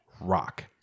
Rock